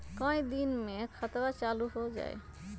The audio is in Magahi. कई दिन मे खतबा चालु हो जाई?